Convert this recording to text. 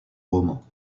romans